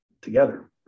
together